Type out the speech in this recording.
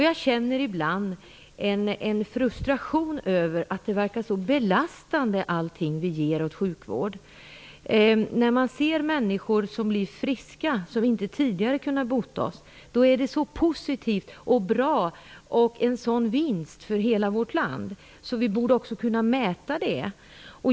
Jag känner ibland en frustration över att allting som vi ger åt sjukvården verkar så belastande. När man ser människor bli friska som inte tidigare har kunnat botas är det så positivt och bra och en sådan vinst för hela vårt land att vi också borde kunna mäta det.